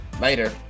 Later